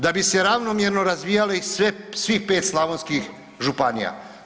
Da bi se ravnomjerno razvijale sve, svih 5 slavonskih županija.